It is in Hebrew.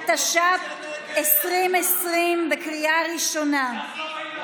התש"ף 2020, בקריאה ראשונה.